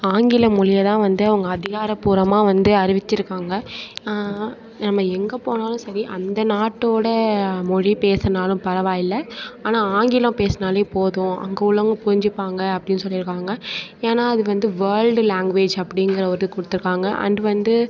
ஆங்கிலம் மொழியைதான் வந்து அவங்க அதிகாரப்பூர்வமாக வந்து அறிவித்திருக்காங்க நம்ம எங்கே போனாலும் சரி அந்த நாட்டோடய மொழியை பேசினாலும் பரவாயில்ல ஆனால் ஆங்கிலம் பேசினாலே போதும் அங்குள்ளவங்க புரிஞ்சிப்பாங்க அப்படினு சொல்லியிருக்காங்க ஏன்னா அது வந்து வேல்டு லாங்வேஜ் அப்படிங்குற ஒரு இது கொடுத்துருக்காங்க அண்ட் வந்து